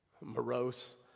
morose